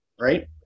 Right